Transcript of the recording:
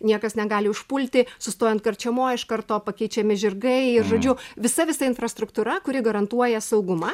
niekas negali užpulti sustojant karčemoj iš karto pakeičiami žirgai žodžiu visa visa infrastruktūra kuri garantuoja saugumą